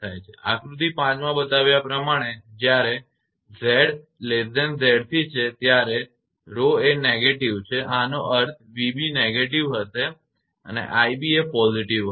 અને આકૃતિ 5 માં બતાવ્યા પ્રમાણે જ્યારે 𝑍𝑍𝑐 છે ત્યારે 𝜌 એ negative છે આનો અર્થ છે 𝑣𝑏 negative હશે અને 𝑖𝑏 એ positive રહેશે